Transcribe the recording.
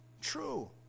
true